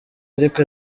ariko